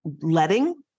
letting